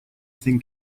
thing